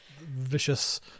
vicious